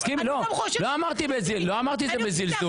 לא אמרתי את זה בזלזול.